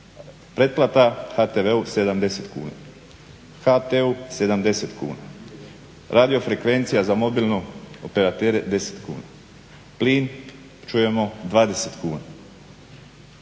pretplata HTV-u 70 kuna, HT-u 70 kuna, radio frekvencija za mobilnog operatera 10 kuna, plin čujemo 20 kuna,